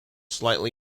slightly